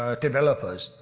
ah developers.